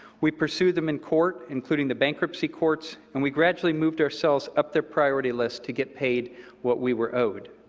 we pursued them in court, including the bankruptcy courts, and we gradually moved ourselves up their priority list to get paid what we were owed.